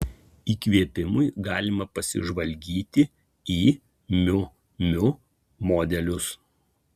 įkvėpimui galima pasižvalgyti į miu miu modelius